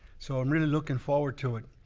so i'm really looking forward to it.